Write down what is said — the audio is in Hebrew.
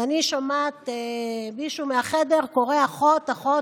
ואני שומעת מישהו מהחדר קורא: "אחות", "אחות".